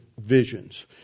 Visions